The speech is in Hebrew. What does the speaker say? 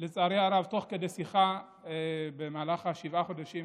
לצערי הרב, תוך כדי שיחה, במהלך שבעת החודשים